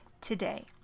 today